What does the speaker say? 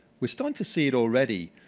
we're starting to see it already.